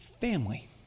family